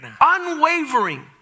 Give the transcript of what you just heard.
unwavering